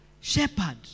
shepherd